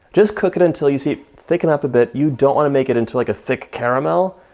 just cook it until you see it thicken up a bit. you don't wanna make it into like a thick caramel.